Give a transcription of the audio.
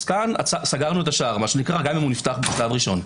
כאן סגרנו את השער, גם אם נפתח בשלב הראשון.